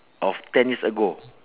of ten years ago